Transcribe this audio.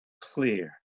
clear